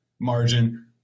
margin